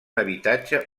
habitatge